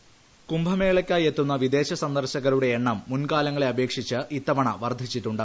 voice കുംഭമേളയ്ക്കായി എത്തുന്ന വിദേശ സന്ദർശകരുടെ എണ്ണം മുൻകാലങ്ങളെ അപേക്ഷിച്ച് ഇത്തവണ വർധിച്ചിട്ടുണ്ട്